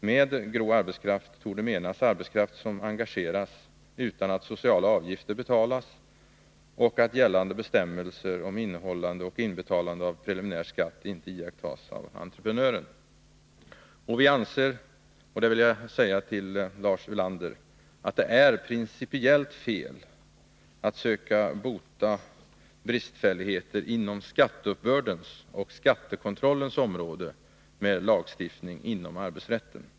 Med grå arbetskraft torde menas arbetskraft som engageras utan att sociala avgifter betalas och att gällande bestämmelser om innehållande och inbetalande av preliminär skatt inte iakttas av entreprenören. Vi anser — det vill jag säga till Lars Ulander — att det är principiellt fel att söka bota bristfälligheter inom skatteuppbördens och skattekontrollens område med lagstiftning inom arbetsrätten.